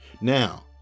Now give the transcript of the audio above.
Now